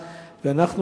ואנחנו,